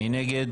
מי נגד?